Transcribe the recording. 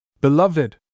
Beloved